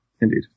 indeed